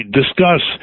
discuss